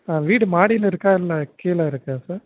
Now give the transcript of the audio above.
ஆ வீடு மாடியில் இருக்கா இல்லை கீழே இருக்கா சார்